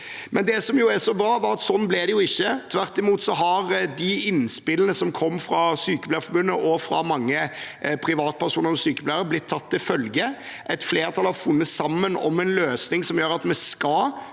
Men det som er så bra, er at det ikke ble sånn. Tvert imot har de innspillene som kom fra Sykepleierforbundet og fra mange privatpersoner og sykepleiere, blitt tatt til følge. Et flertall har funnet sammen om en løsning som gjør at vi skal